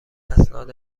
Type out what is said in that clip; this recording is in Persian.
اسناد